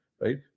right